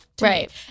Right